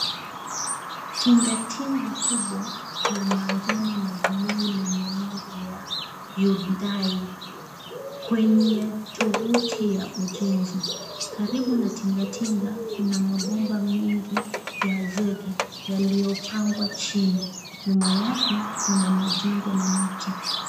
Tinga tinga kubwa la manjano na bluu lenye nembo ya Hyundai . Kwenye tovuti ya ujenzi, karibu na tingatinga kuna mabomba mengi ya zege yaliyopangwa chini. Nyuma yake, kuna majengo na miti.